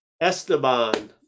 Esteban